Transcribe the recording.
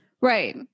right